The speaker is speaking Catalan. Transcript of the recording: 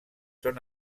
són